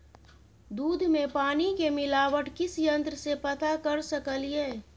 दूध में पानी के मिलावट किस यंत्र से पता कर सकलिए?